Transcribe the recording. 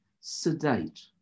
sedate